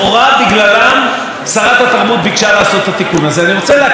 אני רוצה להקריא לכם מתוך הנתונים שהציגו לנו בוועדה,